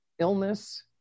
illness